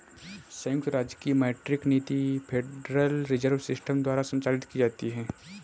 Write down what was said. संयुक्त राज्य की मौद्रिक नीति फेडरल रिजर्व सिस्टम द्वारा संचालित की जाती है